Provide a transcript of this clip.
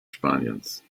spaniens